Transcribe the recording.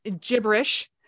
gibberish